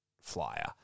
flyer